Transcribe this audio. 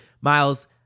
Miles